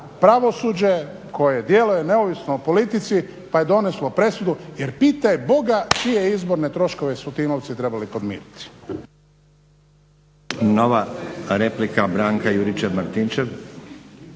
pravosuđe koje djeluje neovisno o politici pa je donijelo presudu jer pitaj Boga čije izborne troškove su ti novci trebali podmiriti. **Stazić, Nenad (SDP)** Nova replika, Branka Juričev-Martinčev.